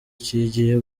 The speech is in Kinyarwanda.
kigiye